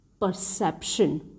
perception